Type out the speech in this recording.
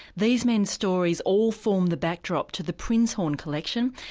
these men's stories all form the backdrop to the prinzhorn collection,